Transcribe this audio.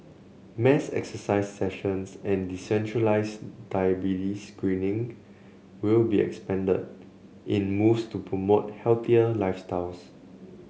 mass exercise sessions and decentralised diabetes screening will be expanded in moves to promote healthier lifestyles